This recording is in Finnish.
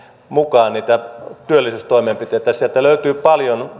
mukaan niitä työllisyystoimenpiteitä sieltä vaihtoehtobudjetista löytyy paljon